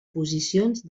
posicions